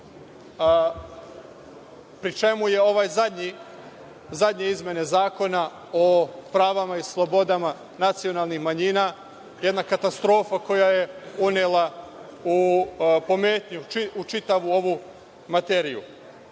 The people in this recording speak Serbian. pri čemu je ovaj zadnji izmene zakona o pravima i slobodama nacionalnih manjina jedna katastrofa koja je unela pometnju u čitavu ovu materiju. Prava